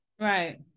Right